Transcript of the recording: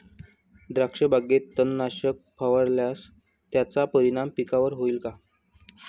द्राक्षबागेत तणनाशक फवारल्यास त्याचा परिणाम पिकावर होईल का?